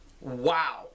wow